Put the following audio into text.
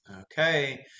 Okay